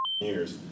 years